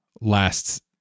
last